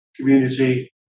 community